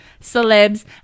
celebs